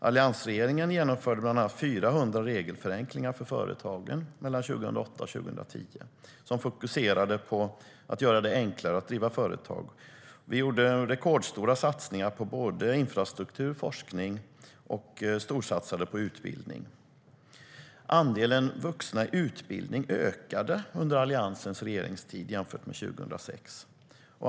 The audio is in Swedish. Alliansregeringen genomförde bland annat 400 regelförenklingar för företagen 2008-2010 som fokuserade på att göra det enklare att driva företag. Vi gjorde rekordstora satsningar på både infrastruktur och forskning och storsatsade på utbildning. Andelen vuxna i utbildning ökade under Alliansens regeringstid jämfört med 2006.